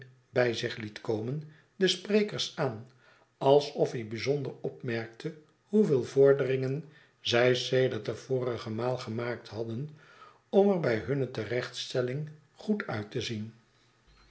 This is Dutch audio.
bij zich het komen de sprekers aan alsof hij bijzonder opmerkte hoeveel vorderingen zij sedert de vorige maal gemaakt hadden om er bij hunne terechtstelling goed uit te zien